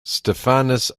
stephanus